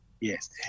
Yes